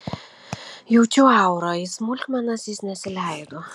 jaučiu aurą į smulkmenas jis nesileido